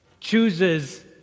chooses